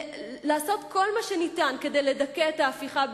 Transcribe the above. לעשות כל מה שניתן כדי לדכא את ההפיכה,